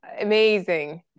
amazing